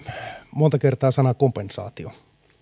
monta kertaa sanaa kompensaatio